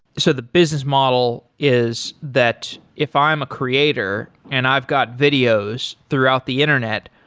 so the business model is that if i'm a creator and i've got videos throughout the internet,